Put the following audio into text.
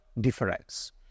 difference